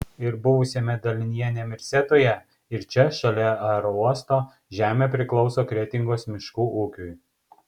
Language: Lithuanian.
ir buvusiame dalinyje nemirsetoje ir čia šalia aerouosto žemė priklauso kretingos miškų ūkiui